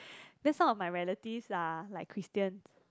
then some of my relatives are like Christian